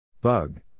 Bug